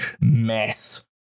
mess